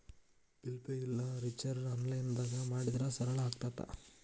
bill pay ಇಲ್ಲಾ ರಿಚಾರ್ಜ್ನ ಆನ್ಲೈನ್ದಾಗ ಮಾಡಿದ್ರ ಸರಳ ಆಗತ್ತ